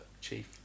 Chief